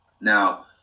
Now